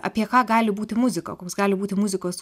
apie ką gali būti muzika koks gali būti muzikos